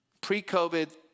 pre-COVID